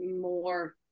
more